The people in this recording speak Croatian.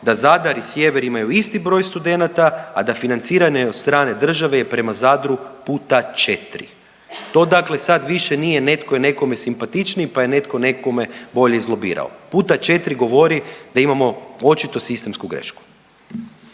da Zadar i Sjever imaju isti broj studenata, a da financiranje od strane države je prema Zadru puta četri. To dakle sad više nije netko je nekome simpatičniji pa je netko nekome bolje izlobirao. Puta četri govori da imamo očito sistemsku grešku.